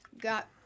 got